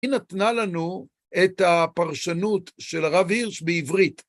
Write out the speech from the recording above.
היא נתנה לנו את הפרשנות של הרב הירש בעברית.